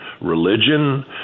religion